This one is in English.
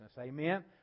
Amen